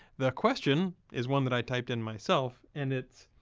the question is one that i typed in myself. and it's,